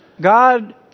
God